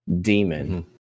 demon